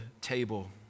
table